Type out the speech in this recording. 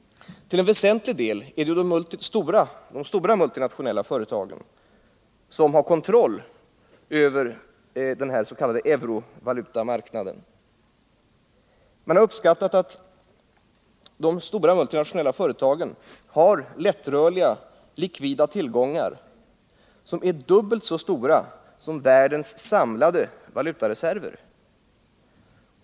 Till en väsentlig del är det de stora multinationella företagen som har kontroll över den s.k. eurovalutamarknaden. Man har uppskattat att de stora multinationella företagen har lättrörliga likvida tillgångar som är dubbelt så stora som världens samlade valutareserver.